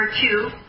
two